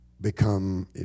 Become